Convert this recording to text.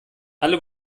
alle